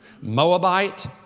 Moabite